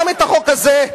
גם את החוק הזה,